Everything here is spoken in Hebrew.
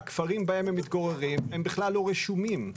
הכפרים שבהם הם מתגוררים בכלל לא רשומים.